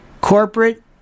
corporate